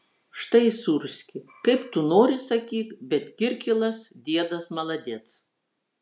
štai sūrski kaip tu nori sakyk bet kirkilas diedas maladec